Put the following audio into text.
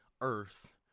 earth